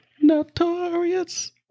notorious